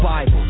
Bible